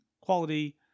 quality